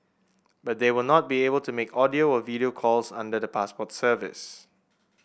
but they will not be able to make audio or video calls under the passport service